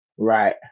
Right